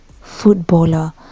footballer